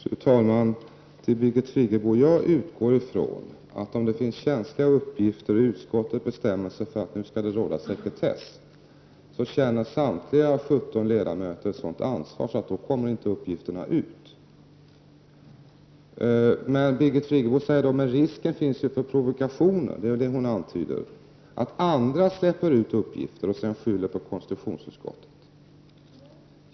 Fru talman! Till Birgit Friggebo vill jag säga att jag utgår ifrån att om det finns känsliga uppgifter och utskottet bestämmer sig för att det skall råda sekretess känner samtliga 17 ledamöter ett sådant ansvar att uppgifterna inte kommer ut. Birgit Friggebo säger då att det finns risk för provokationer — det är väl det hon antyder — och att andra släpper ut uppgifter och sedan skyller på konstitutionsutskottet.